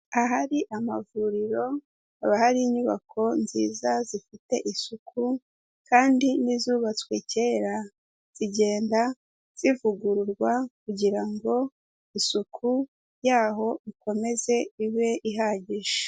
Ahari amavuriro haba hari inyubako nziza zifite isuku kandi n'izubatswe kera, zigenda zivugururwa kugira ngo isuku yaho ikomeze ibe ihagije.